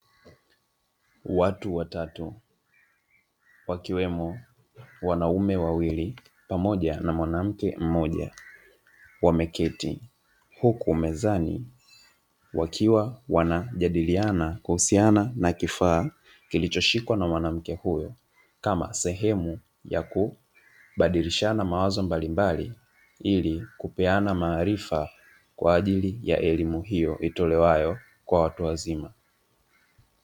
Watu watatu wakiwemo wanaume wawili pamoja na mwanamke mmoja wameketi, huku mezani wakiwa wanajadiliana kuhusiana na kifaa kilichoshikwa na mwanamke huyo, kama sehemu ya kubadilishana mawazo mbalimbali. Ili kupeana maarifa kwa ajili ya elimu hiyo itolewayo kwa watu wazima.